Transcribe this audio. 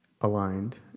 aligned